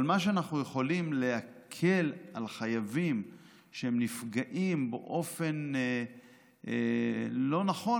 אבל במה שאנחנו יכולים להקל על חייבים שנפגעים באופן לא נכון,